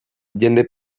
jende